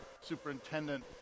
Superintendent